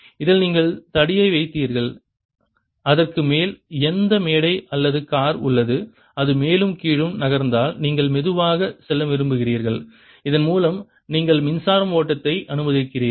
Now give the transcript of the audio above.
இதில் நீங்கள் தடியை வைத்தீர்கள் அதற்கு மேல் எந்த மேடை அல்லது கார் உள்ளது அது மேலும் கீழும் நகர்ந்தால் நீங்கள் மெதுவாக செல்ல விரும்புகிறீர்கள் இதன் மூலம் நீங்கள் மின்சாரம் ஓட்டத்தை அனுமதிக்கிறீர்கள்